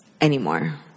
anymore